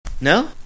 No